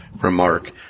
remark